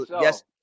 yes